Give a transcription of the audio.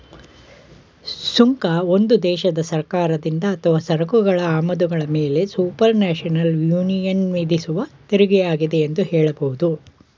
ಸುಂಕ ಒಂದು ದೇಶದ ಸರ್ಕಾರದಿಂದ ಅಥವಾ ಸರಕುಗಳ ಆಮದುಗಳ ಮೇಲೆಸುಪರ್ನ್ಯಾಷನಲ್ ಯೂನಿಯನ್ವಿಧಿಸುವತೆರಿಗೆಯಾಗಿದೆ ಎಂದು ಹೇಳಬಹುದು